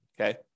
Okay